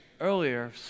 earlier